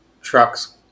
trucks